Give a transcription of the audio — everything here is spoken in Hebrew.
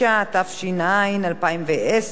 9), התש"ע 2010,